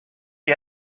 you